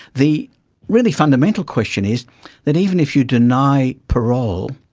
the really fundamental question is that even if you deny parole,